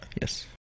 Yes